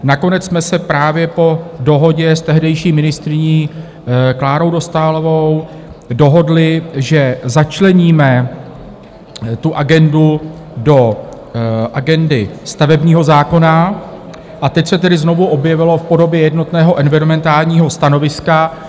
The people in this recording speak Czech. Nakonec jsme se právě po dohodě s tehdejší ministryní Klárou Dostálovou dohodli, že začleníme tu agendu do agendy stavebního zákona, a teď se tedy znovu objevilo v podobě jednotného environmentálního stanoviska.